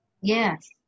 Yes